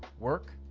work,